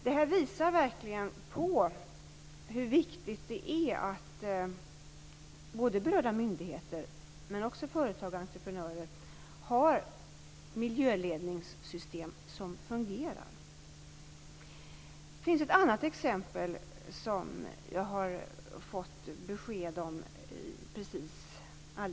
Det här visar verkligen hur viktigt det är att berörda myndigheter men också företag och entreprenörer har miljöledningssystem som fungerar. Det finns ett annat exempel som jag har fått besked om alldeles nyss.